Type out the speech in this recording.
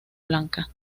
blanca